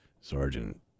sergeant